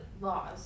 laws